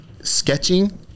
sketching